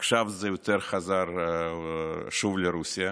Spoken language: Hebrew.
עכשיו זה יותר חזר שוב לרוסיה,